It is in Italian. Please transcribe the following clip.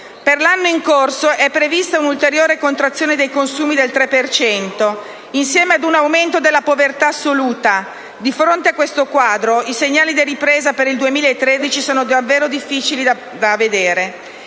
Per l'anno in corso è prevista un'ulteriore contrazione dei consumi del 3 per cento, insieme ad un aumento della povertà assoluta. Di fronte a questo quadro, i segnali di ripresa per il 2013 sono davvero difficili da vedere.